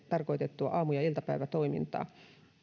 tarkoitettua aamu ja iltapäivätoimintaa